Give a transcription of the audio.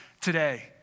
today